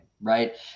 right